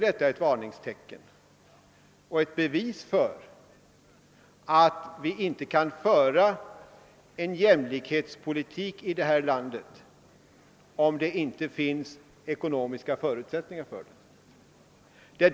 Detta är ett varningstecken och ett bevis för att vi inte kan driva en jämlikhetspolitik i detta land om det inte finns ekonomiska förutsättningar.